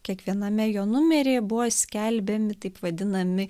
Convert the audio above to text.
kiekviename jo numeryje buvo skelbiami taip vadinami